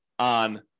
on